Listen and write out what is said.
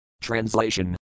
Translation